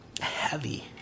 Heavy